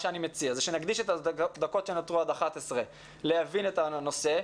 אני מציע שנקדיש את הדקות שנותרו עד 11:00 להבין את הנושא.